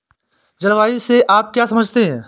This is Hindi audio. जलवायु से आप क्या समझते हैं?